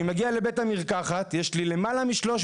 אני מגיע לבית המרקחת ויש לי למעלה מ-300